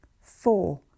Four